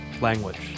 language